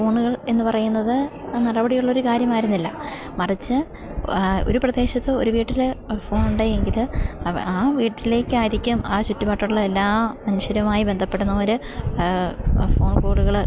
ഫോണുകൾ എന്നുപറയുന്നത് നടപടിയുള്ളൊരു കാര്യമായിരുന്നില്ല മറിച്ച് ഒരു പ്രദേശത്ത് ഒരു വീട്ടില് ഫോൺ ഉണ്ടെങ്കില് ആ വീട്ടിലേക്കായിരിക്കും ആ ചുറ്റുപാടുമുള്ള എല്ലാ മനുഷ്യരുമായി ബന്ധപ്പെടുന്നവര് ഫോൺ കോളുകള്